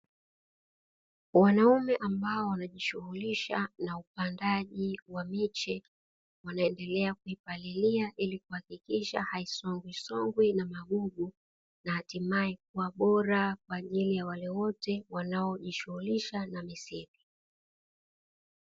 Wanaume ambao wanajishughulisha na upandaji wa miche wanaendelea kuipalilia, ili kuhakikisha haisongwisongwi na magugu na hatimaye kuwa bora kwa ajili ya wale wote wanaojishughulisha na misitu.